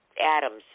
Adams